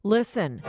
Listen